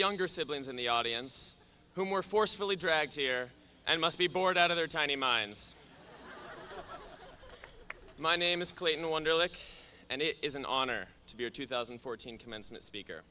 younger siblings in the audience who were forcefully dragged here and must be bored out of their tiny minds my name is clayton wunderlich and it is an honor to be a two thousand and fourteen commencement speaker